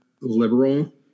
liberal